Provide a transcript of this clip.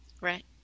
Right